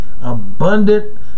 abundant